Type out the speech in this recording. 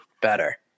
better